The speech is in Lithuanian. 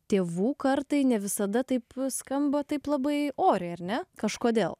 tėvų kartai ne visada taip skamba taip labai oriai ar ne kažkodėl